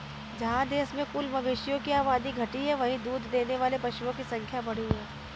जहाँ देश में कुल मवेशियों की आबादी घटी है, वहीं दूध देने वाले पशुओं की संख्या बढ़ी है